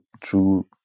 true